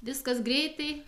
viskas greitai